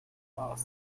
aus